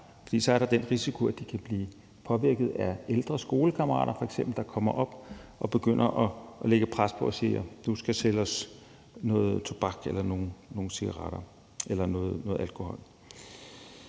for så er der den risiko, at de kan blive påvirket af ældre skolekammerater f.eks., der kommer op og begynder at lægge pres på og siger, at den unge skal sælge dem tobak eller noget alkohol.